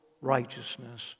righteousness